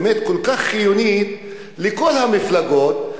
באמת כל כך חיונית לכל המפלגות,